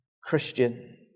Christian